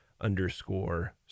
underscore